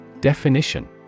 Definition